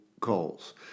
calls